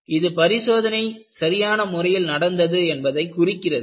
இது பரிசோதனை சரியான முறையில் நடந்தது என்பதை குறிக்கிறது